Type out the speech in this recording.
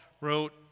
wrote